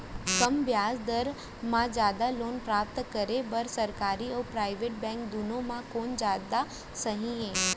कम ब्याज दर मा जादा लोन प्राप्त करे बर, सरकारी अऊ प्राइवेट बैंक दुनो मा कोन जादा सही हे?